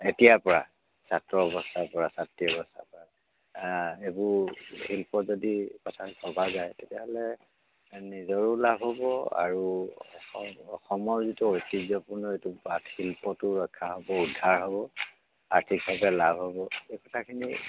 এতিয়াৰপৰা ছাত্ৰ অৱস্থাৰ পৰা ছাত্ৰী অৱস্থাৰপৰা এইবোৰ শিল্প যদি কথা ভবা যায় তেতিয়া হ'লে নিজৰো লাভ হ'ব আৰু অসম অসমৰ যিটো ঐতিহ্যপূৰ্ণ এইটো পাট শিল্পটো ৰক্ষা হ'ব উদ্ধাৰ হ'ব আৰ্থিকভাৱে লাভ হ'ব এই কথাখিনি